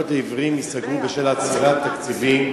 הספריות לעיוורים ייסגרו בשל עצירת תקציבים